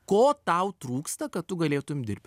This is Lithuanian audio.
ko tau trūksta kad tu galėtum dirbt